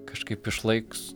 kažkaip išlaiks